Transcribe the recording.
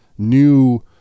new